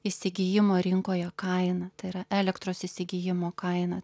įsigijimo rinkoje kainą tai yra elektros įsigijimo kaina